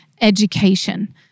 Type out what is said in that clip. education